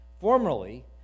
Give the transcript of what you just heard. Formerly